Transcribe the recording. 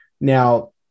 Now